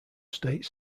state